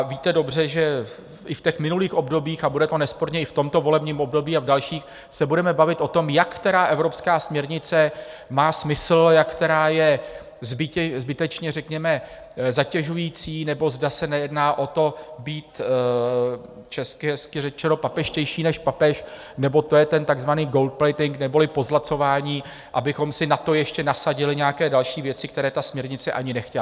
Víte dobře, že i v minulých obdobích, a bude to nesporně i v tomto volebním období a v dalších, se budeme bavit o tom, jak která evropská směrnice má smysl, jak která je zbytečně řekněme zatěžující, nebo zda se nejedná o to, být, česky hezky řečeno, papežštější než papež, nebo to jen ten takzvaný goldplating neboli pozlacování, abychom si na to ještě nasadili nějaké další věci, které ta směrnice ani nechtěla.